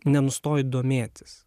nenustoji domėtis